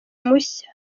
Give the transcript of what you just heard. mushya